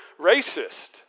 racist